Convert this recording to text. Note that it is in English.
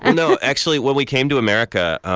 and no actually, when we came to america,